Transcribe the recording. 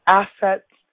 assets